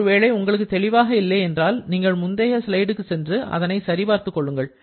ஒருவேளை உங்களுக்கு தெளிவாக இல்லை என்றால் நீங்கள் முந்தைய ஸ்லைடுக்கு சென்று அதனை சரி பார்த்துக் கொள்ளுங்கள்